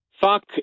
Fuck